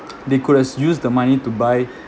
they could have use the money to buy